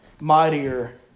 mightier